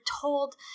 told